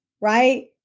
right